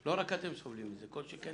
לא רק אתם סובלים את זה, כל שכן